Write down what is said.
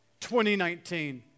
2019